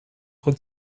trop